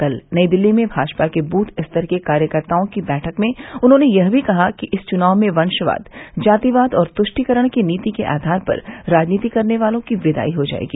कल नई दिल्ली में भाजपा के बूथ स्तर के कार्यकर्ताओं की बैठक में उन्होंने यह भी कहा कि इंस चुनाव में वंशवाद जातिवाद और तुष्टिकरण की नीति के आधार पर राजनीति करने वालों की विदाई हो जायेगी